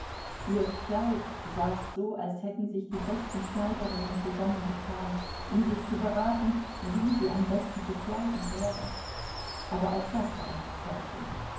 ihr kleid saß so als hätten sich die besten schneiderinnen zusammengetan um sich zu beraten wie sie am besten zu kleiden wäre aber auch das war eine täuschung